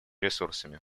ресурсами